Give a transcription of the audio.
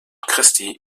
christi